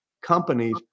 companies